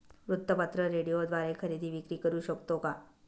वृत्तपत्र, रेडिओद्वारे खरेदी विक्री करु शकतो का?